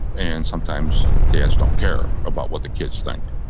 and sometimes dads don't care about what the kids think.